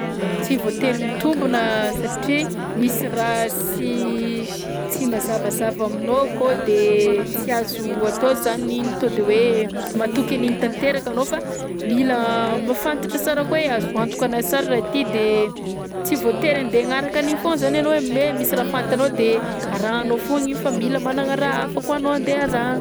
Tsy voatery mitombina satria misy raha sy tsy mazavazava aminao akao de tsy azo atao zany iny to de hoe matoky an'iny tanteraka anao fa mila mahafantatra tsara koa hoe azo antokanao sara raha ity de tsy voatery andeha hagnaraka an'iny foagna zany ianao hoe misy raha fantanao de arahinao foagna iny fa mila managna raha hafa koa anao andeha harahina.